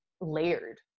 layered